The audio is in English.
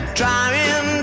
trying